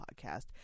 podcast